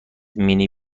مینی